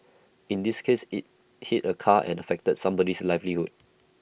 in this case IT hit A car and affected somebody's livelihood